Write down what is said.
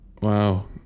Wow